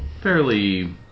fairly